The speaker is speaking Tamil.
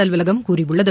அலுவலகம் கூறியுள்ளது